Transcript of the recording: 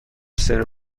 سرو